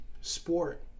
sport